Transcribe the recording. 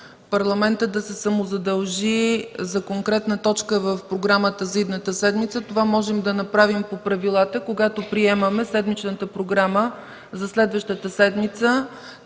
парламентът да се самозадължи за конкретна точка в програмата за идната седмица. Това можем да направим по правилата, когато приемаме седмичната програма за следващата седмица.